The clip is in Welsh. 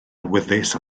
awyddus